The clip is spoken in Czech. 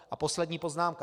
A poslední poznámka.